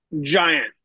giant